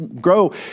grow